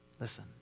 Listen